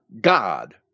God